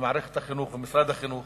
מערכת החינוך ומשרד החינוך